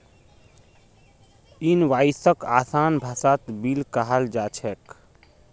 इनवॉइसक आसान भाषात बिल कहाल जा छेक